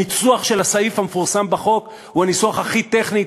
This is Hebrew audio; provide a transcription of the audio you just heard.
הניסוח של הסעיף המפורסם בחוק הוא הניסוח הכי טכני.